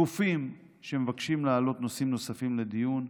גופים שמבקשים להעלות נושאים נוספים לדיון,